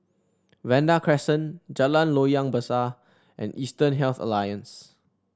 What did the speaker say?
Vanda Crescent Jalan Loyang Besar and Eastern Health Alliance